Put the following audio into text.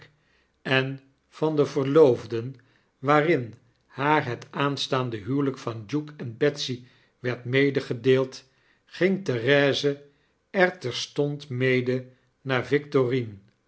en van de verloofden waarin haar het aanstaande huwelyk van duke en betsy werd medegedeeld ging therese er terstond mede naar victorine